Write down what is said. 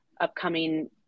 upcoming